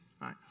right